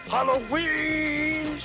Halloween